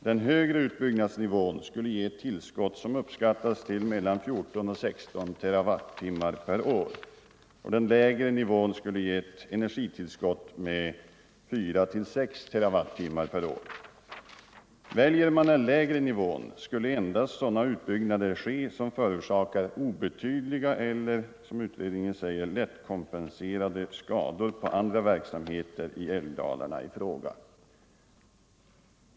Den högre utbyggnadsnivån skulle ge ett tillskott som uppskattas till mellan 14 och 16 terawattimmar per år, och den lägre nivån skulle ge ett energitillskott på 4-6 TWh per år. Väljer man den lägre nivån skulle endast sådana utbyggnader ske som förorsakar obetydliga eller, som utredningen säger, lätt kompenserade skador på andra verksamheter i älvdalarna i fråga.